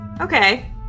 Okay